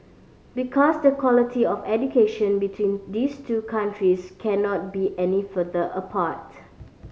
because the quality of education between these two countries cannot be any further apart